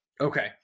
Okay